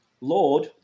Lord